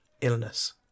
illness